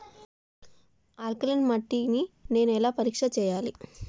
Alkaline మట్టి ని నేను ఎలా పరీక్ష చేయాలి?